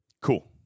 Cool